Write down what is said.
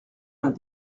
vingt